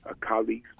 colleagues